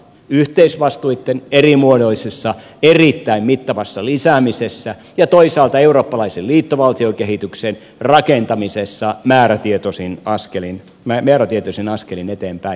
yhteisvastuitten erimuotoisessa erittäin mittavassa lisäämisessä ja toisaalta eurooppalaisen liittovaltiokehityksen rakentamisessa määrätietoisin askelin eteenpäin